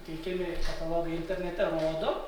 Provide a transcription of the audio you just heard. teikiami katalogai internete rodo